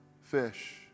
fish